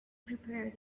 prepared